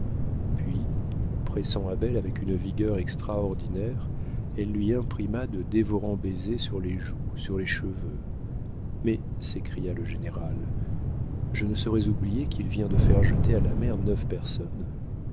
puis pressant abel avec une vigueur extraordinaire elle lui imprima de dévorants baisers sur les joues sur les cheveux mais s'écria le général je ne saurais oublier qu'il vient de faire jeter à la mer neuf personnes